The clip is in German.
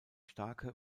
starke